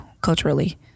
culturally